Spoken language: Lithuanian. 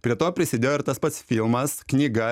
prie to prisidėjo ir tas pats filmas knyga